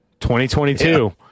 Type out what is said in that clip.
2022